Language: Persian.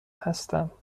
هستم